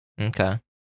Okay